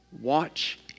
Watch